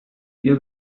بیا